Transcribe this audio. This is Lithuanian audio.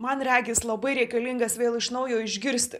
man regis labai reikalingas vėl iš naujo išgirsti